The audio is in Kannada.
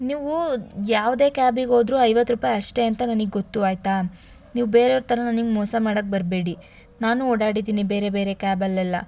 ನೀವು ಯಾವುದೇ ಕ್ಯಾಬಿಗೆ ಹೋದ್ರು ಐವತ್ತು ರೂಪಾಯಿ ಅಷ್ಟೇ ಅಂತ ನನಗ್ ಗೊತ್ತು ಆಯಿತಾ ನೀವು ಬೇರೆಯವ್ರ ಥರ ನನಗ್ ಮೋಸ ಮಾಡಕೆ ಬರಬೇಡಿ ನಾನು ಓಡಾಡಿದ್ದೀನಿ ಬೇರೆ ಬೇರೆ ಕ್ಯಾಬಲ್ಲೆಲ್ಲ